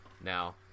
now